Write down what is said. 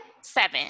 seven